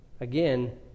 again